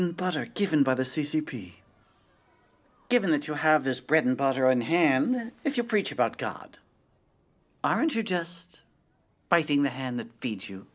and butter given by the c c p given that you have this bread and butter on hand then if you preach about god aren't you just by thing the hand that feeds you